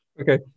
Okay